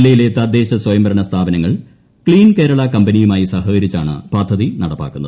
ജില്ലയിലെ തദ്ദേശസ്വയംഭരണ സ്ഥാപിന്റങ്ങൾ ക്സീൻ കേരള കമ്പനിയുമായി സഹകരിച്ചാണ് പദ്ധതി നൂടിപ്പിലാക്കുന്നത്